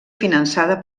finançada